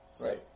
Right